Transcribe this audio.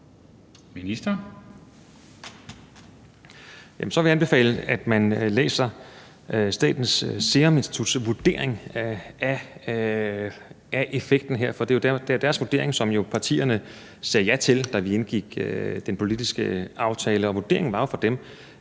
vil jeg anbefale, at man læser Statens Serum Instituts vurdering af effekten her. For det er jo deres vurdering, som partierne sagde ja til, da vi indgik den politiske aftale. Og vurderingen var jo fra dem,